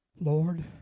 Lord